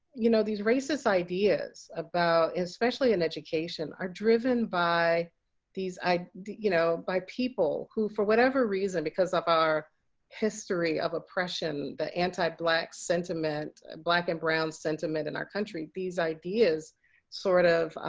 you know, these racist ideas about especially in education are driven by these you know, by people who for whatever reason because of our history of oppression, the anti-black sentiment. black and brown sentiment in our country. these ideas sort of